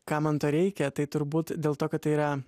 ką man to reikia tai turbūt dėl to kad tai yra